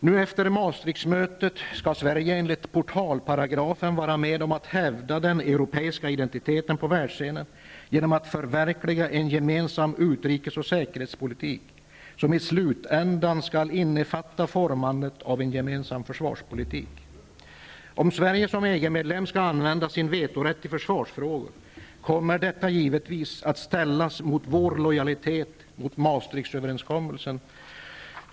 Nu efter Maastrichtmötet skall Sverige enligt gällande portalparagraf vara med om att hävda den europeiska identiteten på världsscenen genom att förverkliga en gemensam utrikes och säkerhetspolitik, som i slutänden skall innefatta formandet av en gemensam försvarspolitik. Om Sverige som EG-medlem skall använda sin vetorätt i försvarsfrågor kommer detta givetvis att ställas mot vår lojalitet gentemot Maastrichtöverenskommelsen.